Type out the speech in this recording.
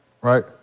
right